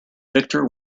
victor